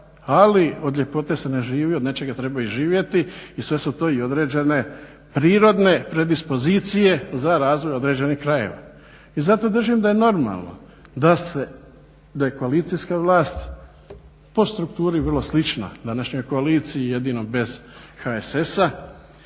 ali od ljepote se ne živi, od nečega treba i živjeti. I sve su to i određene prirodne predispozicije za razvoj određenih krajeva i zato držim da je normalno da je koalicijska vlast po strukturi vrlo slična današnjoj koaliciji jedino bez HSS-a